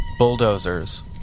Bulldozers